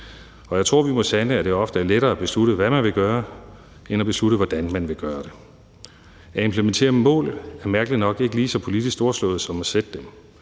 Og jeg tror, vi må sande, at det ofte er lettere at beslutte, hvad man vil gøre, end at beslutte, hvordan man vil gøre det. At implementere målene er mærkeligt nok ikke lige så politisk storslået som at sætte dem,